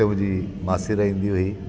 हुते मुंहिंजी मासी रहंदी हुई